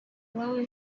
lower